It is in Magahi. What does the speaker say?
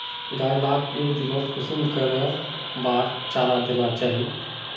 गाय लाक एक दिनोत कुंसम करे बार चारा देना चही?